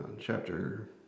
chapter